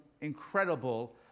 incredible